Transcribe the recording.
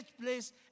place